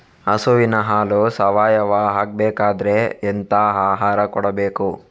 ಹಸುವಿನ ಹಾಲು ಸಾವಯಾವ ಆಗ್ಬೇಕಾದ್ರೆ ಎಂತ ಆಹಾರ ಕೊಡಬೇಕು?